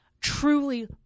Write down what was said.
truly